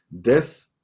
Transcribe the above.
death